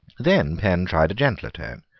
then penn tried a gentler tone.